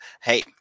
Hey